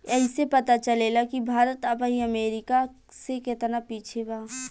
ऐइसे पता चलेला कि भारत अबही अमेरीका से केतना पिछे बा